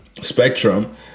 spectrum